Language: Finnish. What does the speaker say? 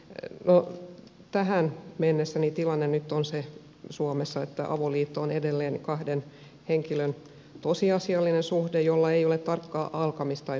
no tähän mennessä tilanne nyt on se suomessa että avoliitto on edelleen kahden henkilön tosiasiallinen suhde jolla ei ole tarkkaa alkamis tai päättymishetkeä